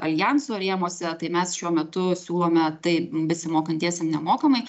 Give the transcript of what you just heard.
aljanso rėmuose tai mes šiuo metu siūlome tai besimokantiesiem nemokamai